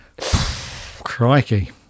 Crikey